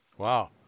Wow